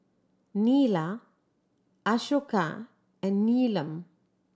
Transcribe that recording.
Neila Ashoka and Neelam